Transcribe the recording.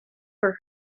for